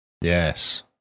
yes